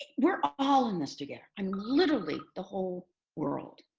we're all in this together. um literally the whole world.